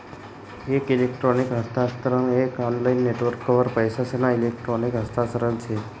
एक इलेक्ट्रॉनिक हस्तांतरण एक ऑनलाईन नेटवर्कवर पैसासना इलेक्ट्रॉनिक हस्तांतरण से